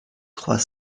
trois